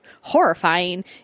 horrifying